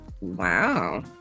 Wow